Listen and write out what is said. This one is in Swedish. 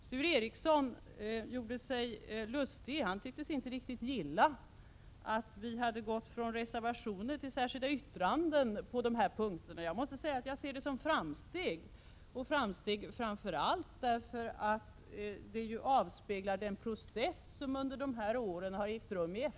Sture Ericson tycktes inte gilla att vi hade gått från reservationer till särskilda yttranden på dessa punkter. Jag ser detta som framsteg, framför allt därför att det avspeglar den process som under sex år har ägt rum i FN.